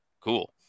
cool